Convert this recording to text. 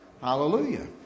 Hallelujah